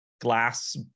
glass